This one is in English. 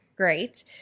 Great